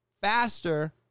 faster